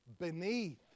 Beneath